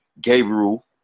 Gabriel